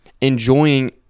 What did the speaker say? enjoying